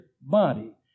body